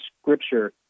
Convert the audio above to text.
Scripture